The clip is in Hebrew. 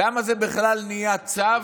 למה זה בכלל נהיה צו